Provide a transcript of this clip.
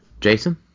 Jason